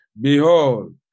Behold